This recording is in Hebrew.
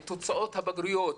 תוצאות הבגרויות,